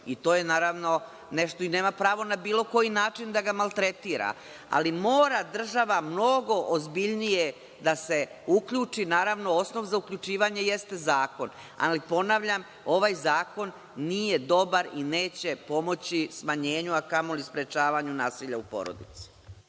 oduzme život i nema pravo na bilo koji način da ga maltretira. Ali, mora država mnogo ozbiljnije da se uključi. Naravno, osnov za uključivanje jeste zakon, ali ponavljam ovaj zakon nije dobar i neće pomoći smanjenju, a kamoli sprečavanju nasilja u porodici.